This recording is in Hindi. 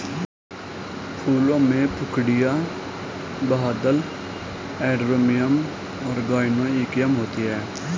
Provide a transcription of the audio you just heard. फूलों में पंखुड़ियाँ, बाह्यदल, एंड्रोमियम और गाइनोइकियम होते हैं